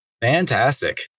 fantastic